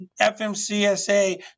FMCSA